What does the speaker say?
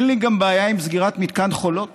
גם אין לי בעיה עם סגירת מתקן חולות